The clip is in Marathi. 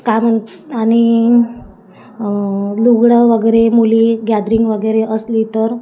काय म्हण आणि लुगडं वगैरे मुली गॅदरिंग वगैरे असली तर